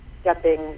stepping